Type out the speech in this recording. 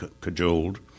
cajoled